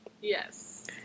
yes